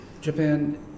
Japan